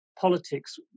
politics